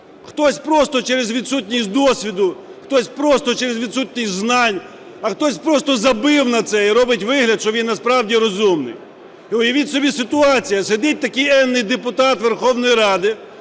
хтось просто через відсутність досвіду, хтось просто через відсутність знань, а хтось просто "забив" на це і робить вигляд, що він насправді розумний. І уявіть собі ситуацію, сидить такий енний депутат Верховної Ради